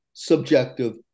subjective